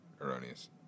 Erroneous